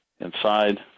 inside